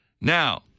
Now